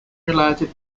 related